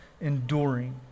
enduring